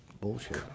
bullshit